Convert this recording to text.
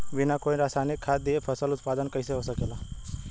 बिना कोई रसायनिक खाद दिए फसल उत्पादन कइसे हो सकेला?